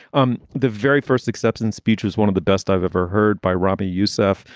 um the very first acceptance speech was one of the best i've ever heard by robbie yousef.